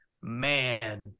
man